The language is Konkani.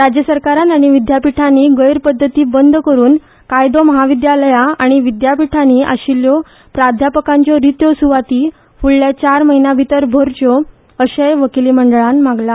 राज्य सरकारान आनी विद्यापीठानी गैरपध्दती बंद करून कायदो म्हाविद्यालया आनी विद्यापीठानी आशिल्ल्यो प्राध्यापकांच्यो रित्यो सुवाती फुडल्या चार म्हयन्याभितर भरच्यो अशेय वकीली मंडळान मागला